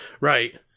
right